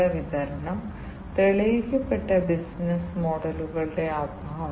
അപ്പോൾ നിങ്ങൾക്ക് CPU അടിസ്ഥാനപരമായി വ്യത്യസ്ത ജോലികൾ കണ്ടുപിടിക്കുന്നു